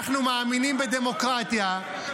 אנחנו מאמינים בדמוקרטיה.